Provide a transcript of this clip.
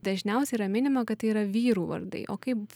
dažniausiai yra minima kad tai yra vyrų vardai o kaip